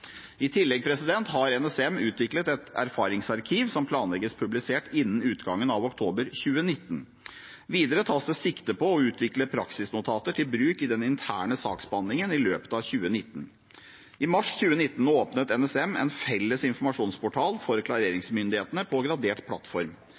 I tillegg har NSM utviklet et erfaringsarkiv som planlegges publisert innen utgangen av oktober 2019. Videre tas det sikte på å utvikle praksisnotater til bruk i den interne saksbehandlingen i løpet av 2019. I mars 2019 åpnet NSM en felles informasjonsportal for